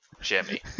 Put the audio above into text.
Jimmy